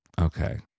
Okay